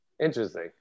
Interesting